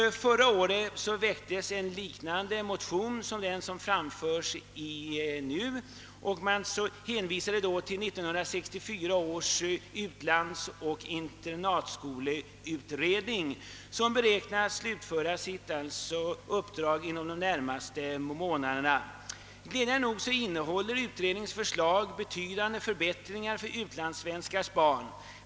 Förra året väcktes motioner i samma syfte som årets, Utskottet hänvisade då till 1964 års utlandsoch internatskoleutredning. Denna har nu slutfört sitt uppdrag och glädjande nog innehåller utredningens förslag betydande förbättringar för utlandssvenskars barn.